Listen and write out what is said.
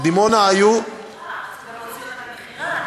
בדימונה היו, אז הוא גם מוציא אותם למכירה.